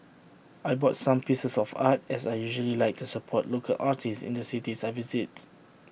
I bought some pieces of art as I usually like to support local artists in the cities I visit